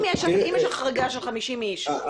אם יש החרגה של 50 אנשים כישיבה מקצועית,